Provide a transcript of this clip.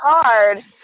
card